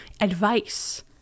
advice